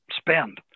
spend